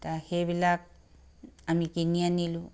এতিয়া সেইবিলাক আমি কিনি আনিলোঁ